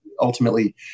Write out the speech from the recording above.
ultimately